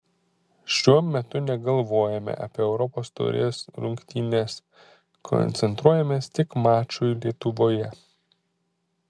šiuo metu negalvojame apie europos taurės rungtynes koncentruojamės tik mačui lietuvoje